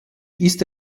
ist